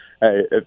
hey